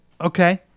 okay